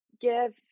give